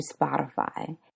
spotify